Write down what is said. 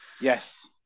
Yes